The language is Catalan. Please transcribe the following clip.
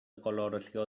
coloració